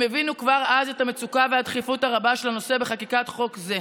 הם הבינו כבר אז את המצוקה והדחיפות הרבה של הנושא בחקיקת חוק זה.